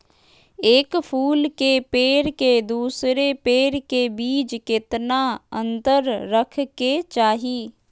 एक फुल के पेड़ के दूसरे पेड़ के बीज केतना अंतर रखके चाहि?